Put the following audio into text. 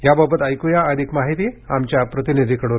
याबाबत अधिक माहिती आमच्या प्रतिनिधीकडून